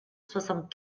soixante